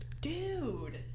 Dude